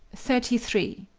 thirty three.